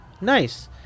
Nice